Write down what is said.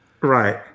Right